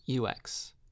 UX